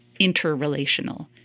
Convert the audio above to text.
interrelational